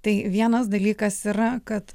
tai vienas dalykas yra kad